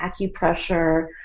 acupressure